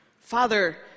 Father